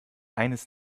eines